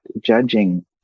judging